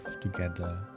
together